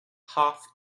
half